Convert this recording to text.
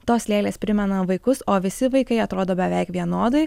tos lėlės primena vaikus o visi vaikai atrodo beveik vienodai